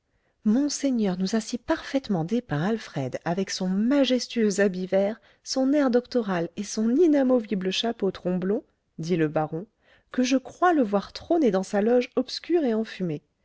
monseigneur nous a si parfaitement dépeint alfred avec son majestueux habit vert son air doctoral et son inamovible chapeau tromblon dit le baron que je crois le voir trôner dans sa loge obscure et enfumée